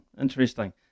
interesting